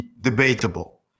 debatable